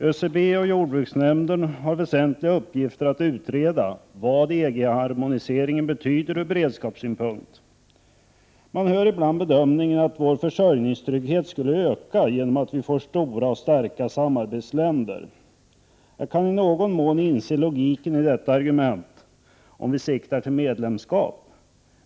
ÖCB och jordbruksnämnden har väsentliga uppgifter att utreda när det gäller vad EG-harmonisering betyder ur beredskapssynpunkt. Men hör ibland bedömningen att vår försörjningstrygghet skulle öka genom att vi får stora och starka samarbetsländer. Jag kan i någon mån inse logiken i detta argument om vi siktar till medlemskap.